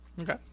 Okay